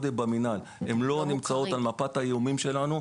הן לא נמצאות על מפת האיומים שלנו,